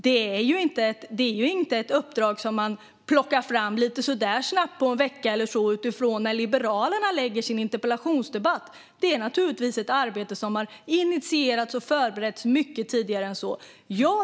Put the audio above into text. Det är inte ett uppdrag som man plockar fram lite snabbt på en vecka eller så utifrån när Liberalerna ställer en interpellation, utan det är ett arbete som naturligtvis har initierats och förberetts mycket tidigare än så.